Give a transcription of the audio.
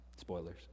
Spoilers